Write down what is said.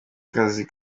akazi